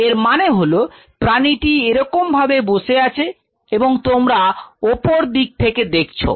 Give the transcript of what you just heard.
এর মানে হলো প্রাণীটি এরকম ভাবে বসে আছে এবং তোমরা অপর দিক থেকে দেখছো